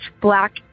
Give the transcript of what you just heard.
black